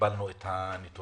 וקיבלנו את הנתונים.